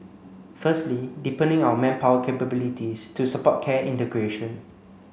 firstly deepening our manpower capabilities to support care integration